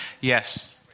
Yes